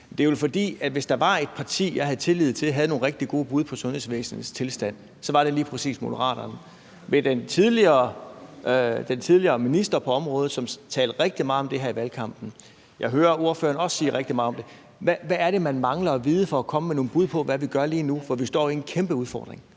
Det er jo, fordi hvis der var et parti, jeg havde rigtig meget tillid til havde nogle rigtig gode bud på at løse det med sundhedsvæsenets tilstand, var det lige præcis Moderaterne med den tidligere minister på området, som talte rigtig meget om det her i valgkampen. Jeg hører også ordføreren sige rigtig meget om det. Hvad er det, man mangler at vide for at komme med nogle bud på, hvad vi gør lige nu? For vi står med en kæmpe udfordring.